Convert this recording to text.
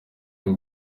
bwo